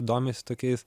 domisi tokiais